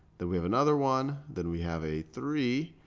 then we have another one. then we have a three.